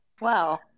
Wow